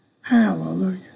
Hallelujah